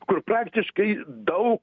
kur praktiškai daug